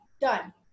done